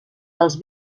dels